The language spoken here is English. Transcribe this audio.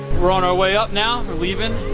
we're on our way up now, we're leaving.